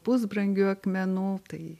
pusbrangių akmenų tai